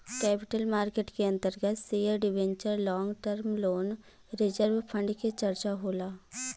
capital market के अंतर्गत share debenture long term loan reserve fund के चर्चा होला